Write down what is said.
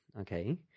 okay